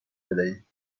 بدهید